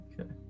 Okay